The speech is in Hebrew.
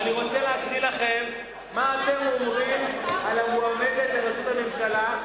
ואני רוצה לקרוא לכם מה אתם אומרים למועמדת לראשות הממשלה,